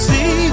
See